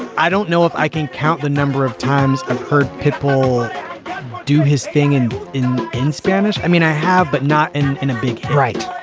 i don't know if i can count the number of times i've heard pitbull do his thing and in in spanish. i mean, i have. but not in in a big right.